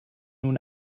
nun